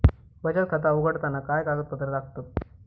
बचत खाता उघडताना काय कागदपत्रा लागतत?